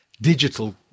digital